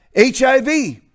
HIV